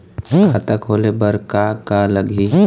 खाता खोले बर का का लगही?